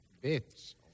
bits